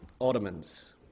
Ottomans